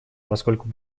поскольку